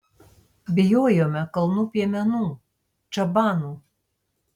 bijojome kalnų piemenų čabanų